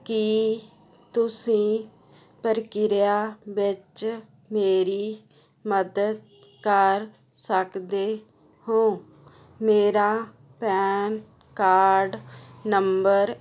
ਕੀ ਤੁਸੀਂ ਪ੍ਰਕਿਰਿਆ ਵਿੱਚ ਮੇਰੀ ਮਦਦ ਕਰ ਸਕਦੇ ਹੋ ਮੇਰਾ ਪੈਨ ਕਾਰਡ ਨੰਬਰ